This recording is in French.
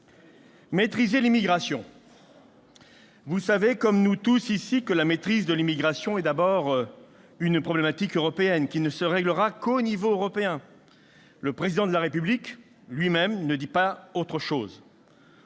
Maîtriser l'immigration ? Vous savez, comme nous tous ici, que la maîtrise de l'immigration est d'abord une problématique européenne qui ne se réglera qu'au niveau européen. Le Président de la République ne dit pas autre chose.